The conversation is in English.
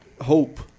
hope